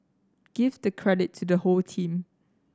give the credit to the whole team